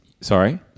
sorry